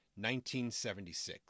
1976